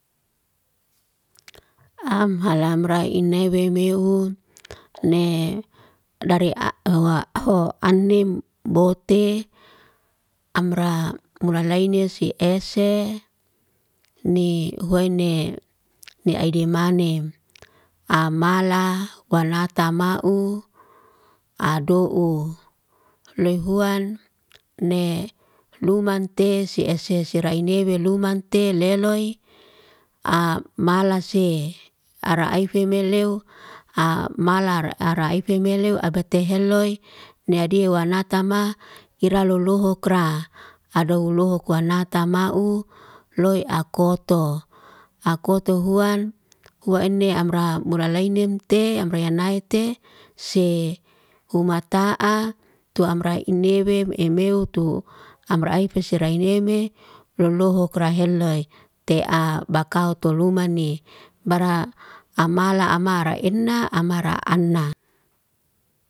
Am halamra inebe meun. Ne dari a aho ho anim bote. Amra mula lainese ese. Ni hoene ni aide manem. Amala walatamau. Ado'ur. Loy huan. Ne lumante se ese sirainewe lumante leloy. Amala se araife meleu. Amalar araife meleu abate heloy ne diewanatama ira luluhukra. Adowuluhukwanatamau. Loy akoto. Akoto huan. Huaene amra mula leinemte. Amra yanaete. Se umata'a. Tu amra inewem emmeun. Tu amraife sirainebe. Luhuhukra heloy. Te'a bakaw tulumani, bara amala amara ina, amara ana.